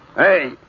Hey